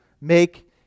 Make